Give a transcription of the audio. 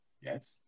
Yes